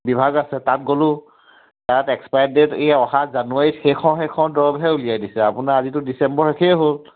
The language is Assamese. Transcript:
বিভাগ আছে তাত গ'লোঁ তাত এক্সপায়াৰ ডেট এই অহা জানুৱাৰীত শেষ হওঁ শেষ হওঁ দৰৱহে উলিয়াই দিছে আপোনাৰ আজিটো ডিচেম্বৰ শেষেই হ'ল